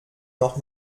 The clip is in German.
noch